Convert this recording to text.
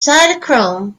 cytochrome